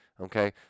Okay